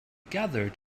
gathered